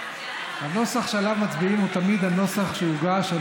הנוסח שעליו מצביעים הוא תמיד הנוסח שהוגש על